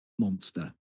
Monster